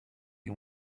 you